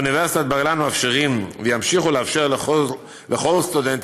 באוניברסיטת בר-אילן מאפשרים וימשיכו לאפשר לכל סטודנטית,